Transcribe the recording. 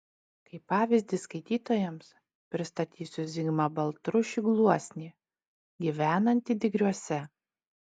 kaip pavyzdį skaitytojams pristatysiu zigmą baltrušį gluosnį gyvenantį digriuose